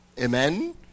Amen